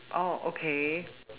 oh okay